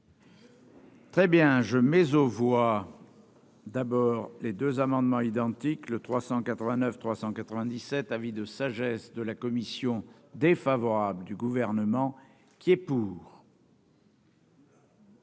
Très bien, hein, je mais aux voix d'abord les 2 amendements identiques, le 389 397 avis de sagesse de la commission défavorable du gouvernement qui est pour.